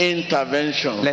Intervention